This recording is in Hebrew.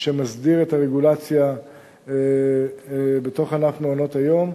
שמסדיר את הרגולציה בתוך ענף מעונות היום,